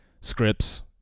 scripts